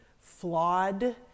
flawed